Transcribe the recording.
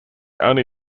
only